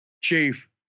chief